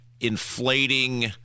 inflating